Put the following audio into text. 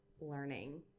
learning